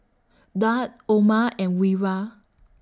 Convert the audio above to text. Daud Omar and Wira